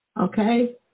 Okay